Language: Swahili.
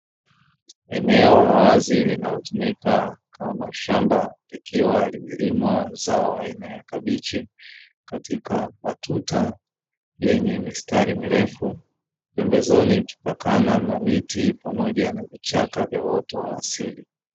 Eneo la wazi linalotumika kama shamba likiwa limelimwa zao aina ya kabichi katika matuta yenye mistari mirefu, pembezoni ikipakana na miti pamoja na vichaka vya uoto wa asili.